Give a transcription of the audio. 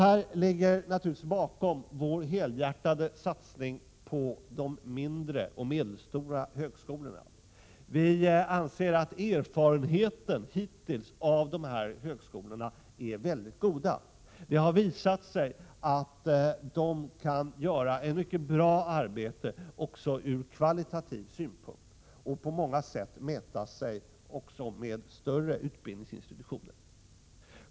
Detta ligger naturligtvis bakom vår helhjärtade satsning på de mindre och medelstora högskolorna. Vi anser att erfarenheterna hittills av dessa högskolor är mycket goda. Det har visat sig att de kan göra ett mycket bra arbete också från kvalitativ synpunkt och på många sätt mäta sig med större utbildningsinstitutioner.